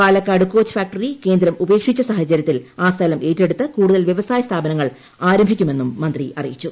Palakkad coach factory കേന്ദ്രി ഉപേക്ഷിച്ച സാഹചര്യത്തിൽ ആ സ്ഥലം ഏറ്റെടുത്ത് കൂടുതൽ വൃവസായ സ്ഥാപനങ്ങൾ ആരംഭിക്കുമെന്നും മന്ത്രി അറിയിച്ചു